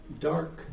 dark